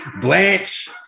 Blanche